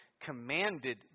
commanded